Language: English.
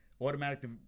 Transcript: Automatic